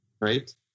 right